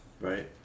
Right